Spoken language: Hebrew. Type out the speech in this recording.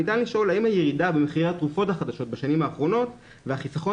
ניתן לשאול האם הירידה במחירי התרופות החדשות בשנים האחרונות והחיסכון